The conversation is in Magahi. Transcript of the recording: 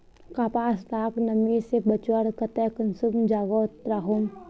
कपास लाक नमी से बचवार केते कुंसम जोगोत राखुम?